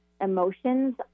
emotions